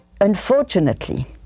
Unfortunately